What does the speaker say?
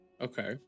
Okay